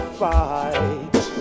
fight